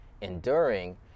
enduring